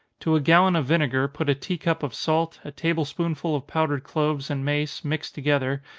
to a gallon of vinegar put a tea-cup of salt, a table-spoonful of powdered cloves and mace, mixed together,